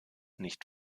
nicht